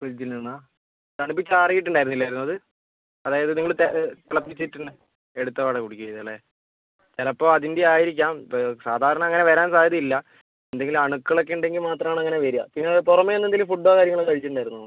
ഫ്രിഡ്ജിൽ നിന്നാണോ തണുപ്പിച്ച് ആറിയിട്ട് ഉണ്ടായിരുന്നില്ലേ അത് അതായത് നിങ്ങൾ തിളപ്പിച്ച് ആറ്റുന്ന എടുത്ത പാടെ കുടിക്കുകയാ ചെയ്തത് അല്ലേ ചിലപ്പോൾ അതിൻ്റെ ആയിരിക്കാം ഇപ്പോൾ സാധാരണ അങ്ങനെ വരാൻ സാധ്യത ഇല്ല എന്തെങ്കിലും അണുക്കളൊക്കെ ഉണ്ടെങ്കിൽ മാത്രമാണ് അങ്ങനെ വരിക പിന്നെ പുറമേ നിന്ന് എന്തെങ്കിലും ഫുഡോ കാര്യങ്ങളോ കഴിച്ചിട്ടുണ്ടായിരുന്നോ